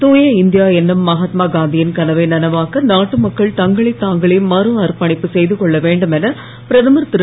தூய இந்தியா என்னும் மகாத்மாகாந்தியின் கனவை நனவாக்க நாட்டு மக்கள் தங்களைத் தாங்களே மறு அர்ப்பணிப்பு செய்து கொள்ள வேண்டும் என பிரதமர் திரு